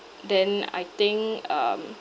then I think um